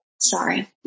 sorry